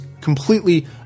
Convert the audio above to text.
completely